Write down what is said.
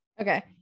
Okay